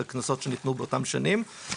אלה קנסות שניתנו באותן שנים.